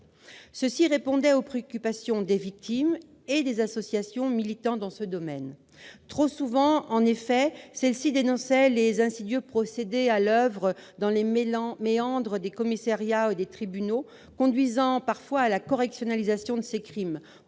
ce qui répondait aux préoccupations des victimes et des associations militant dans ce domaine. Trop souvent, en effet, ces associations ont dénoncé les insidieux procédés à l'oeuvre dans les méandres des commissariats et des tribunaux. De telles méthodes conduisaient parfois à la correctionnalisation de ces crimes,